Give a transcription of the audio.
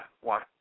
One